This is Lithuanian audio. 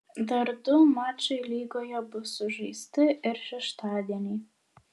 dar du mačai lygoje bus sužaisti ir šeštadienį